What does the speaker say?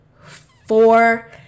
four